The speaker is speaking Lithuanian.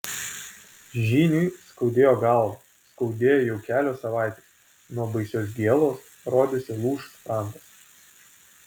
žyniui skaudėjo galvą skaudėjo jau kelios savaitės nuo baisios gėlos rodėsi lūš sprandas